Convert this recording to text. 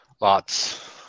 lots